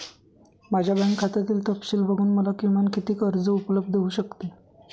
माझ्या बँक खात्यातील तपशील बघून मला किमान किती कर्ज उपलब्ध होऊ शकते?